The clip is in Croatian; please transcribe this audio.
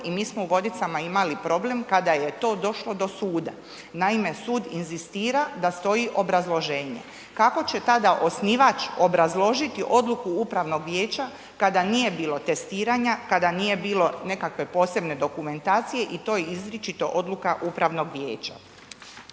i mi smo u Vodicama imali problem kada je to došlo do suda, naime sud inzistira da stoji obrazloženje. Kako će tada osnivač obrazložiti odluku upravnog vijeća kada nije bilo testiranja, kada nije bilo nekakve posebne dokumentacije i to izričito odluka upravnog vijeća.